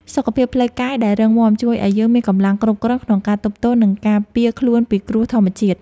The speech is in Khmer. សុខភាពផ្លូវកាយដែលរឹងមាំជួយឱ្យយើងមានកម្លាំងគ្រប់គ្រាន់ក្នុងការទប់ទល់ និងការពារខ្លួនពីគ្រោះធម្មជាតិ។